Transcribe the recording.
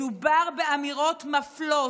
מדובר באמירות מפלות,